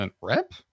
rep